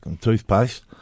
toothpaste